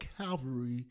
Calvary